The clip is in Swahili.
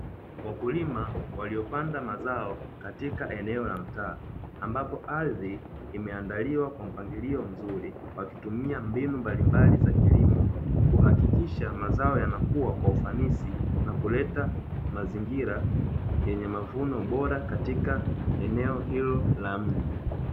Wakulima waliopanda mazao katika eneo la mtaa, ambapo aridhi limeandaliwa kwa mpangilio mzuri wakitumia mbinu mbalimbali za kilimo kuhakikisha mazao yanakuwa kwa ufanisi na kuleta mazingira yenye mavuno bora katika eneo hilo la mji.